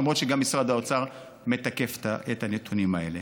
למרות שגם משרד האוצר מתקף את הנתונים האלה.